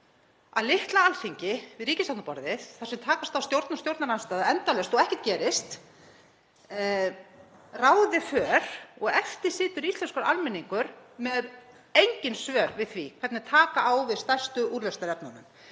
að litla Alþingi við ríkisstjórnarborðið, þar sem takast á stjórn og stjórnarandstaða endalaust og ekkert gerist, ráði för og eftir situr íslenskur almenningur með engin svör við því hvernig taka á á stærstu úrlausnarefnunum.